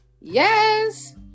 yes